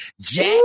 Jack